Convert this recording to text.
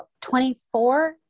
24